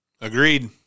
Agreed